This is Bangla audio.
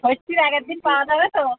ষষ্ঠীর আগের দিন পাওয়া যাবে তো